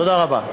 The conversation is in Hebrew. תודה רבה.